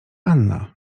anna